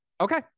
Okay